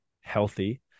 healthy